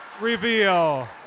reveal